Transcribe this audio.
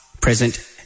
present